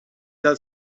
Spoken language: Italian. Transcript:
dal